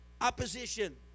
opposition